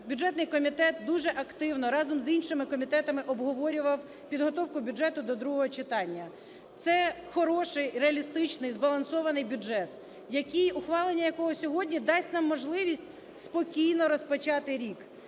бюджетний комітет дуже активно разом з іншими комітетами обговорював підготовку бюджету до другого читання. Це хороший реалістичний збалансований бюджет, ухвалення якого сьогодні дасть нам можливість спокійно розпочати рік,